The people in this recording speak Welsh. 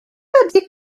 ydy